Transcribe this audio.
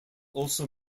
also